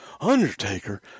Undertaker